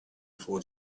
for